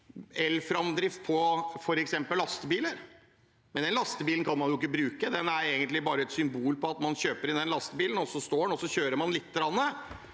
elframdrift på f.eks. lastebiler, men den lastebilen kan man ikke bruke, den er egentlig bare et symbol, altså: Man kjøper inn den lastebilen, og så står den, og så kjører man litt,